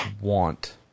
want